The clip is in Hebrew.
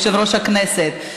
יושב-ראש הכנסת,